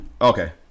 Okay